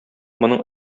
моның